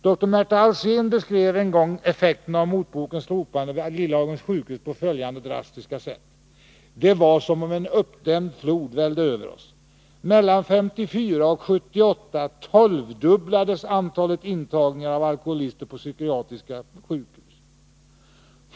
Dr Märta Alsén beskrev en gång effekterna vid Lillhagens sjukhus av motbokens slopande på följande drastiska sätt: ”Det var som en uppdämd flod vällde över oss.” År 1954-1978 tolvdubblades antalet intagningar av alkoholister på psykiatriska sjukhus.